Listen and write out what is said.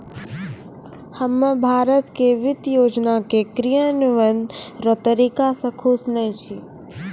हम्मे भारत के वित्त योजना के क्रियान्वयन रो तरीका से खुश नै छी